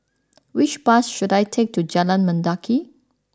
which bus should I take to Jalan Mendaki